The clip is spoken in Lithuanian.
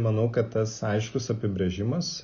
manau kad tas aiškus apibrėžimas